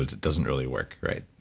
it doesn't really work, right?